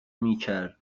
میکر